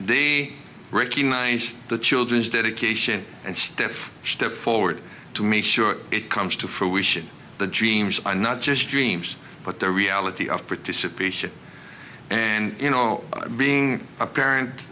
they recognize the children's dedication and step step forward to make sure it comes to fruition the dreams are not just dreams but the reality of participation and you know being a parent